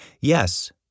Yes